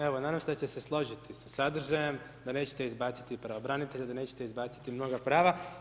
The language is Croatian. Evo, nadam se da će se složiti sa sadržajem, da nećete izbaciti pravobranitelja, da nećete izbaciti mnoga prava.